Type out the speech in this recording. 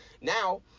Now